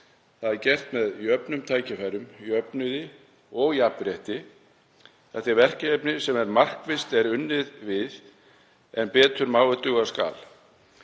Það er gert með jöfnum tækifærum, jöfnuði og jafnrétti. Þetta er verkefni sem markvisst er unnið að en betur má ef duga skal.